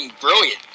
Brilliant